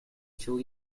till